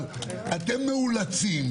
אבל אתם מאולצים,